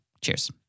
Cheers